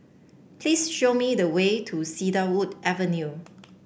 please show me the way to Cedarwood Avenue